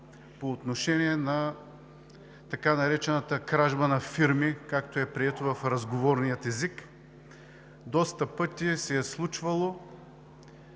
по отношение на така наречената кражба на фирми, както е прието в разговорния език. Доста пъти се е случвало